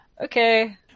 Okay